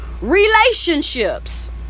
relationships